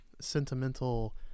sentimental